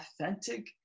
Authentic